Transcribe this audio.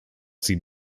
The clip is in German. sie